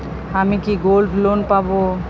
আমি কি gold loan পাবো?